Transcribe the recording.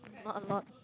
not a lot